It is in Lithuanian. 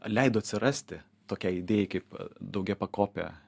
leido atsirasti tokiai idėjai kaip daugiapakopė